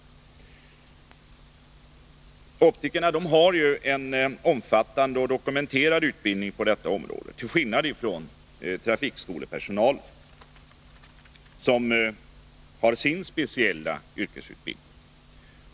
Optikerna har ju en omfattande och dokumenterad utbildning på detta område, till skillnad från trafikskolepersonalen, som har sin speciella yrkesutbildning.